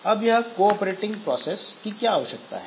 अब यह cooperating processes की क्या आवश्यकता है